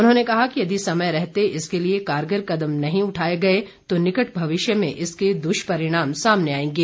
उन्होंने कहा कि यदि समय रहते इस ओर कारगर कदम नहीं उठाए गए तो निकट भविष्य में इसके दुष्परिणाम सामने आएंगे